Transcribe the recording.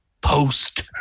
Post